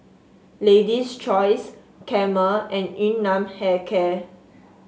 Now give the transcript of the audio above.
Lady's Choice Camel and Yun Nam Hair Care